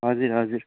हजुर हजुर